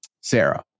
Sarah